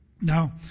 Now